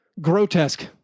Grotesque